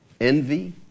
envy